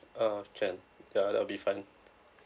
uh can that all will be fun